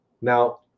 Now